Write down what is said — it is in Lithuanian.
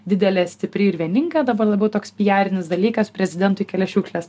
didelė stipri ir vieninga dabar labiau toks piarinis dalykas prezidentui kelias šiukšles